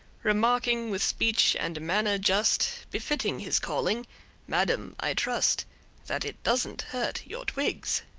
remarking with speech and manner just befitting his calling madam, i trust that it doesn't hurt your twigs.